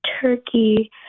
turkey